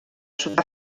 sud